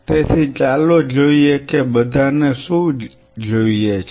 તેથી ચાલો જોઈએ કે બધાને શું જોઈએ છે